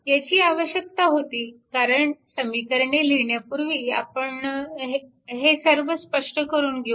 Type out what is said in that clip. ह्याची आवश्यकता होती कारण समीकरणे लिहिण्यापूर्वी आपण हे सर्व स्पष्ट करून घेऊ